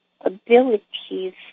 abilities